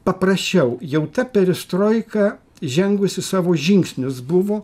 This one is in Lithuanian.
paprasčiau jau ta peristroika žengusi savo žingsnius buvo